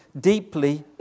deeply